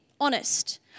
honest